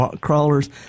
crawlers